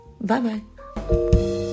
Bye-bye